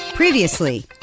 Previously